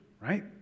right